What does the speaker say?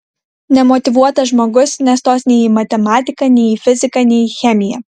nemotyvuotas žmogus nestos nei į matematiką nei į fiziką nei į chemiją